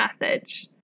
message